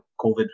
COVID